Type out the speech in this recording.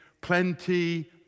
plenty